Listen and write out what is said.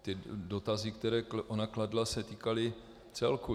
Ty dotazy, které ona kladla, se týkaly celku.